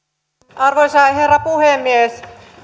arvoisa herra puhemies